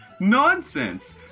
Nonsense